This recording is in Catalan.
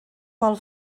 pel